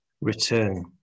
return